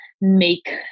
make